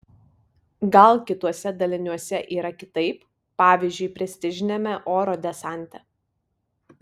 gal kituose daliniuose yra kitaip pavyzdžiui prestižiniame oro desante